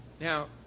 Now